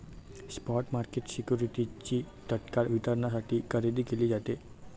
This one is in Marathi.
स्पॉट मार्केट सिक्युरिटीजची तत्काळ वितरणासाठी खरेदी विक्री केली जाते